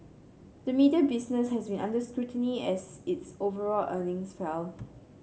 the media business has been under scrutiny as its overall earnings fell